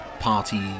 party